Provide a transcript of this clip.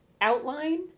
outline